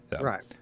Right